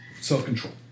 self-control